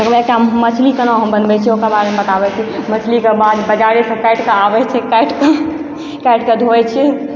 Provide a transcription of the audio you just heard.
तकर बाद एकटा हम मछली केना हम बनबैत छियै ओकर बारेमे हम बताबय छी मछली बाजारेसँ काटिके आबैत छै काटिकऽ काटिकऽ धोय छियै